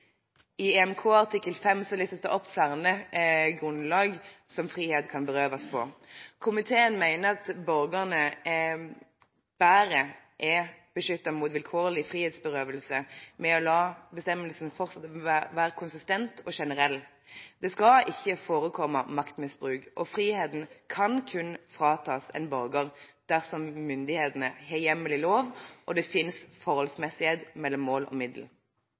I EMK artikkel 5 listes det opp grunnlag for at frihet kan berøves. Komiteen mener at borgerne bedre er beskyttet mot vilkårlig frihetsberøvelse ved å la bestemmelsen fortsette å være konsistent og generell. Det skal ikke forekomme maktmisbruk, og friheten kan kun fratas en borger dersom myndighetene har hjemmel i lov og det finnes forholdsmessighet mellom mål og middel